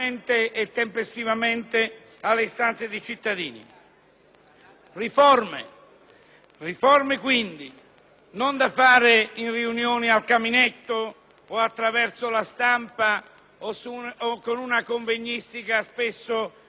Riforme, quindi, non da fare in riunioni al caminetto o attraverso la stampa o con una convegnistica spesso autoreferenziale; riforme in Parlamento, che